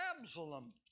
Absalom